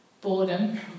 boredom